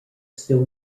still